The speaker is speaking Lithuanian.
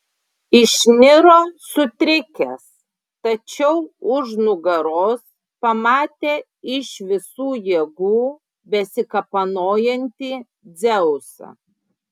išniro sutrikęs tačiau už nugaros pamatė iš visų jėgų besikapanojantį dzeusą